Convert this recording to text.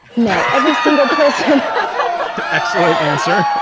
no. every single person excellent answer